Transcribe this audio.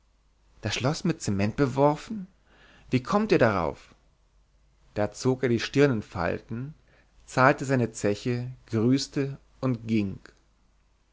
das schloß mit cement beworfen wie kommt ihr darauf da zog er die stirn in falten zahlte seine zeche grüßte und ging